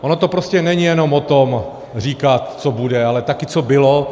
Ono to prostě není jenom o tom, říkat co bude, ale také co bylo.